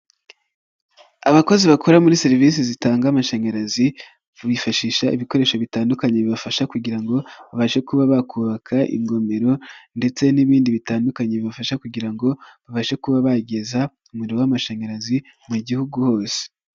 Abakozi bakora muri serivisi zitanga amashanyarazi bifashisha ibikoresho bitandukanye bibafasha kugira ngo babashe kuba bakubaka ingomero ndetse n'ibindi bitandukanye bibafasha kugira ngo babashe kuba bageza umuriro w'amashanyarazi mu gihugu hose.